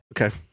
Okay